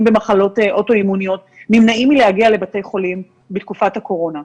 במחלות אוטואימוניות נמנעים מלהגיע לבתי החולים בתקופת הקורונה.